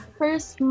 first